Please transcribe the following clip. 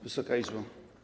Wysoka Izbo!